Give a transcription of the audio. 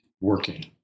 working